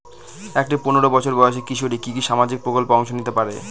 একটি পোনেরো বছর বয়সি কিশোরী কি কি সামাজিক প্রকল্পে অংশ নিতে পারে?